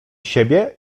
siebie